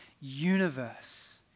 universe